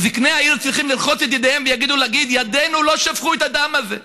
אבל זקני העיר צריכים לרחוץ את ידיהם ולהגיד: ידינו לא שפכו את הדם הזה.